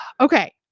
Okay